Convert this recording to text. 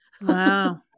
wow